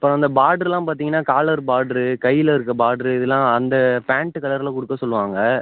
அப்புறம் அந்த பார்டரெலாம் பார்த்தீங்கன்னா காலர் பாட்ரு கையில் இருக்கற பாட்ரு இதெலாம் அந்த பேண்ட்டு கலரில் கொடுக்க சொல்லுவாங்க